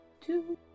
Two